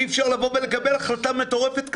אי-אפשר לקבל החלטה מטורפת כזאת,